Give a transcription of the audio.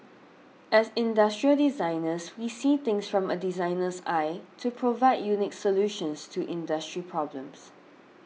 as industrial designers we see things from a designer's eye to provide unique solutions to industry problems